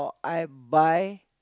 I buy